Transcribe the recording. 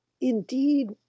indeed